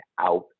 out